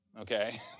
okay